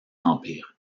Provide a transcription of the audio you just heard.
empire